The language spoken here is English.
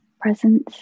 presence